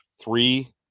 three